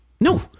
No